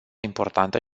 importantă